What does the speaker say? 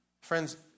Friends